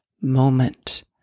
moment